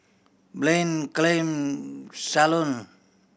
Blain Chaim Shalon